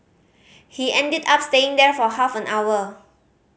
he ended up staying there for half an hour